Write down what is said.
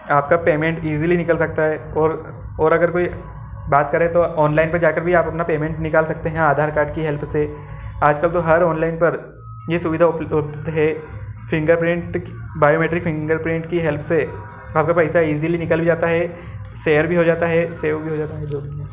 आपका payment easily निकल सकता है और और अगर कोई बात करें तो ऑनलाइन पर जाकर भी आप अपना पेमेंट निकाल सकते हैं आधार कार्ड की हेल्प से आज कल तो हर ऑनलाइन पर ये सुविधा उपलब्ध है फिंगरप्रिंट बायोमैट्रिक फिंगरप्रिंट की हेल्प से आपका पैसा ईजीली निकल जाता है शेयर भी हो जाता है सेव भी हो जाता है जो भी है